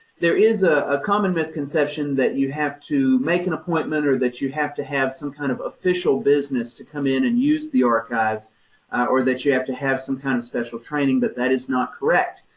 there is a ah common misconception that you have to make an appointment or that you have to have some kind of official business to come in and use the archives or that you have to have some kind of special training, but that is not correct.